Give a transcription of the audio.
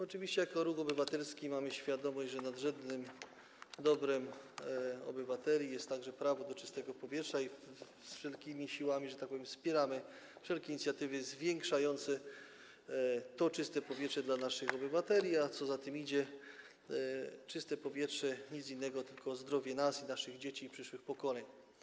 Oczywiście jako ruch obywatelski mamy świadomość, że nadrzędnym dobrem obywateli jest także prawo do czystego powietrza, i wszelkimi siłami, że tak powiem, wspieramy wszelkie inicjatywy zwiększające czystość powietrza dla naszych obywateli, a co za tym idzie, nic innego tylko zdrowie nasze i naszych dzieci, i przyszłych pokoleń.